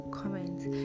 comments